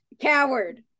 coward